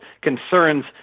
concerns